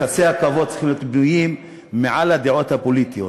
ויחסי הכבוד צריכים להיות בנויים מעל הדעות הפוליטיות.